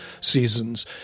seasons